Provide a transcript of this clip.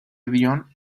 dion